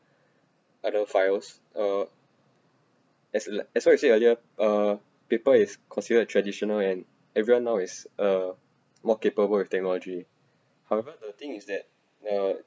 other files uh as l~ as what you said earlier uh paper is considered a traditional and everyone now is uh more capable with technology however the thing is that uh